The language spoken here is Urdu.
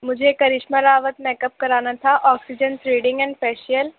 مجھے کرشما راوت میک اپ کرانا تھا آکسیڈینس ریٹنگ اینڈ فیشیئل